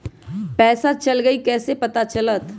पैसा चल गयी कैसे पता चलत?